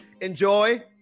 Enjoy